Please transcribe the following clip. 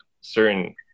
certain